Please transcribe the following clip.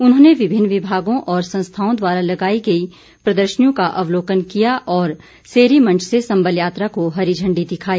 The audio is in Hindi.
उन्होंने विभिन्न विभागों और संस्थाओं द्वारा लगाई गई प्रदर्शनियों का अवलोकन किया और सेरी मंच से संबल यात्रा को हरी झण्डी दिखाई